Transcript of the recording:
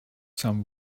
some